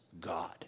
God